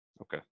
Okay